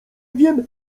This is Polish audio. wiem